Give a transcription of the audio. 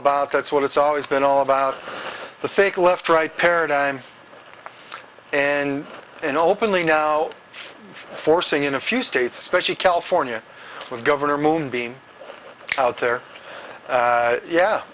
about that's what it's always been all about the fake left right paradigm and in openly now forcing in a few states specially california with governor moonbeam out there yeah